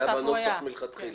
זה היה בנוסח מלכתחילה.